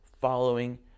following